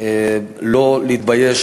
לא להתבייש,